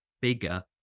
bigger